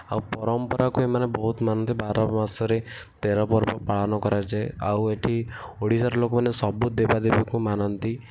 ଆଉ ପରମ୍ପରାକୁ ଏମାନେ ବହୁତ ମାନନ୍ତି ବାର ମାସରେ ତେର ପର୍ବ ପାଳନ କରାଯାଏ ଆଉ ଏଠି ଓଡ଼ିଶାର ଲୋକମାନେ ସବୁ ଦେବାଦେବୀଙ୍କୁ ମାନନ୍ତି